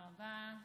תודה רבה.